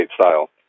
style